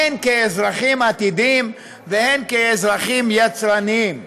הן כאזרחים עתידיים והן כאזרחים יצרניים.